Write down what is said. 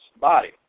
body